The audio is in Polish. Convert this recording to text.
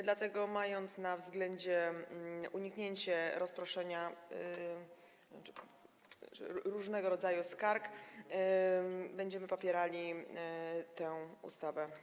Dlatego mając na względzie uniknięcie rozproszenia różnego rodzaju skarg, będziemy popierali tę ustawę.